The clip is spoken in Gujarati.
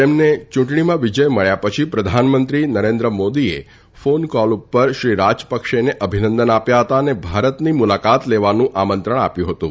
તેમને ચુંટણીમાં વિજય મળ્યા પછી પ્રધાનમંત્રી નરેન્દ્ર મોદીએ ફોન કોલ ઉપર શ્રી રાજપક્ષેને અભિનંદન આપ્યા હતા અને ભારતની મુલાકાત લેવાનું આમંત્રણ આપ્યુ હતું